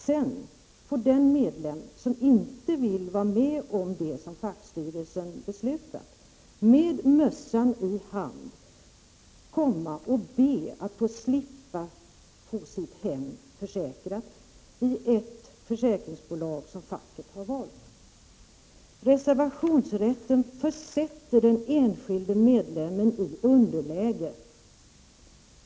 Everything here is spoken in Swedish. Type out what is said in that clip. Sedan får den medlem som inte vill vara med om det som fackstyrelsen har beslutat komma med mössan i hand och be att få slippa få sitt hem försäkrat i ett försäkringsbolag som facket har valt. Reservationsrätten försätter den enskilde medlemmen i underläge.